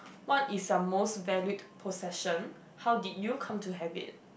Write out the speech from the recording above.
what is your most valued possession how did you come to have it